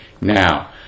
now